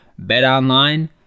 BetOnline